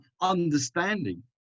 understanding